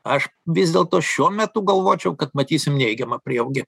aš vis dėlto šiuo metu galvočiau kad matysim neigiamą prieaugį